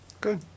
good